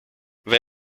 wer